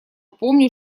помню